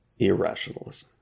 irrationalism